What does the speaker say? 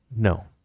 No